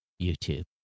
YouTube